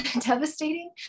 devastating